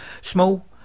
Small